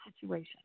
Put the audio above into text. situation